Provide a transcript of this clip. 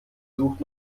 sucht